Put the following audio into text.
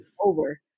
over